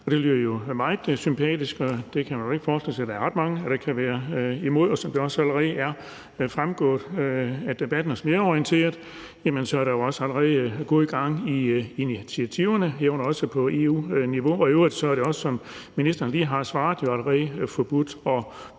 Det er jo meget sympatisk, og det kan man ikke forestille sig at der er ret mange der kan være imod. Som det også allerede er fremgået af debatten, og som jeg er orienteret, er der også allerede godt gang i initiativerne, herunder også på EU-niveau. I øvrigt er det også, som ministeren lige har svaret, jo allerede forbudt at brænde